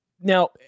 now